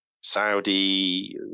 Saudi